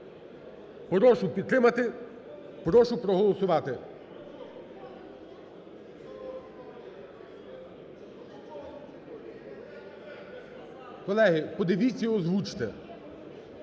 Прошу підтримати. Прошу проголосувати. Колеги, подивіться і озвучте.